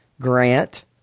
grant